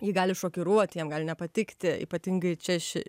jį gali šokiruot jam gali nepatikti ypatingai čia ši